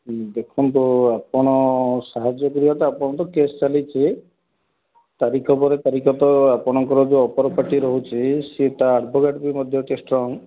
ହୁଁ ଦେଖନ୍ତୁ ଆପଣ ସାହାଯ୍ୟ କରିବାଟା ଆପଣ ତ କେସ୍ ଚାଲିଛି ତାରିଖ ପରେ ତାରିଖ ତ ଆପଣଙ୍କର ଯେଉଁ ଅପର ପାର୍ଟି ରହୁଛି ସିଏ ତା ଆଡ଼ଭୋକେଟ୍ ବି ମଧ୍ୟ ଟିକେ ଷ୍ଟ୍ରଙ୍ଗ୍